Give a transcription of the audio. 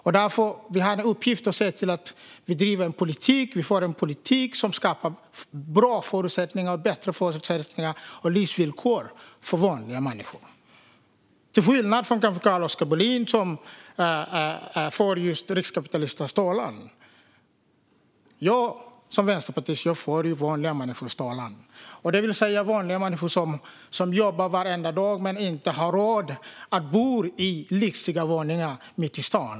Vi har i uppgift att föra en politik som skapar bättre förutsättningar och livsvillkor för vanliga människor - till skillnad, kanske, från Carl-Oskar Bohlin, som för riskkapitalisternas talan. Jag som vänsterpartist för vanliga människors talan. Det handlar om vanliga människor som jobbar varenda dag men inte har råd att bo i lyxiga våningar mitt i stan.